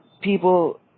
people